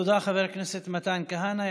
תודה, חבר הכנסת מתן כהנא.